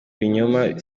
binyoma